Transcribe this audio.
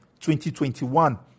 2021